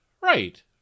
Right